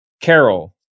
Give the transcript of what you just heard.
carol